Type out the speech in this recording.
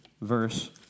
verse